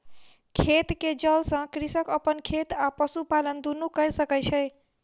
खेत के जल सॅ कृषक अपन खेत आ पशुपालन दुनू कय सकै छै